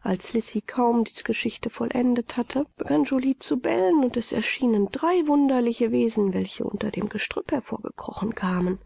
als lisi kaum diese geschichte vollendet hatte begann joly zu bellen und es erschienen drei wunderliche wesen welche unter dem gestrüpp hervorgekrochen kamen